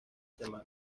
semana